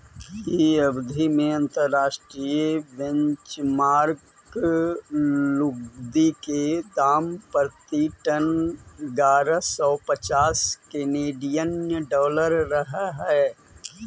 इ अवधि में अंतर्राष्ट्रीय बेंचमार्क लुगदी के दाम प्रति टन इग्यारह सौ पच्चास केनेडियन डॉलर रहऽ हई